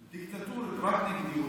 דיקטטורית רק נגד יהודים?